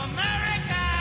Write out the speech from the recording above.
America